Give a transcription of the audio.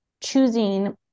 choosing